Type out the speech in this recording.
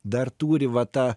dar turi va tą